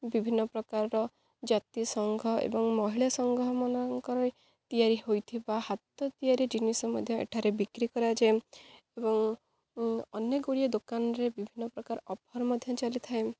ବିଭିନ୍ନ ପ୍ରକାରର ଜାତି ସଂଘ ଏବଂ ମହିଳା ସଂଘମାନଙ୍କରେ ତିଆରି ହୋଇଥିବା ହାତ ତିଆରି ଜିନିଷ ମଧ୍ୟ ଏଠାରେ ବିକ୍ରି କରାଯାଏ ଏବଂ ଅନେକ ଗୁଡ଼ିଏ ଦୋକାନରେ ବିଭିନ୍ନ ପ୍ରକାର ଅଫର୍ ମଧ୍ୟ ଚାଲିଥାଏ